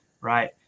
right